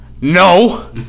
No